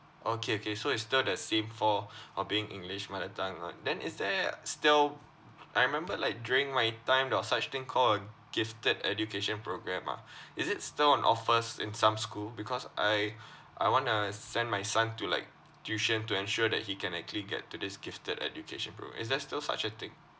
okay okay so it's still the same four uh being english mother tongue right then is there still I remembered like during my time there was such thing call a gifted education programme ah is it still on offers in some school because I I want to send my son to like tuition to ensure that he can actually get to this gifted education programme is there still such a thing